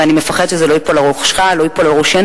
ואני מפחדת שזה ייפול על ראשך ועל ראשנו.